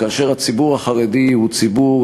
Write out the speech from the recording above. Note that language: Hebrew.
כאשר הציבור החרדי הוא ציבור,